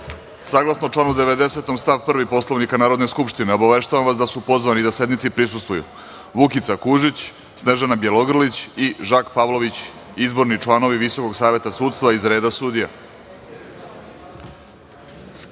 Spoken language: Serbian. reda. Saglasno članu 90. stav 1. Poslovnika Narodne skupštine obaveštavam vas da su pozvani da sednici prisustvuju: Vukica Kužić, Snežana Bjelogrlić i Žak Pavlović, izborni članovi Visokog saveta sudstva iz reda sudija. Molim